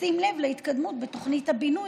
בשים לב להתקדמות בתוכנית הבינוי,